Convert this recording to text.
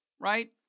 right